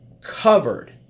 covered